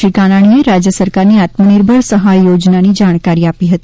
શ્રી કાનાણીએ રાજ્ય સરકારની આત્મનિર્ભર સહાય યોજનાની જાણકારી આપી હતી